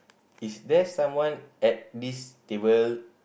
is there someone at this table